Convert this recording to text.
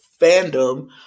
fandom